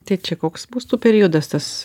tai čia koks būstų periodas tas